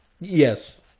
Yes